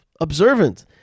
observant